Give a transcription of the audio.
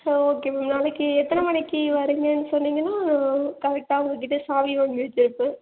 சரி okay ma'am நாளைக்கு எத்தனை மணிக்கு வரீங்கன்னு சொன்னீங்கன்னா கரெக்டாக அவங்கக்கிட்ட சாவி வாங்கி வச்சிருப்பேன்